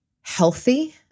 healthy